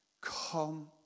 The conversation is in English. Come